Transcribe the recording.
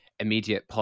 immediate